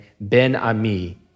Ben-Ami